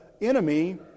enemy